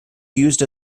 used